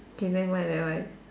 okay never mind never mind